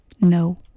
No